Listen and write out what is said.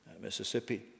Mississippi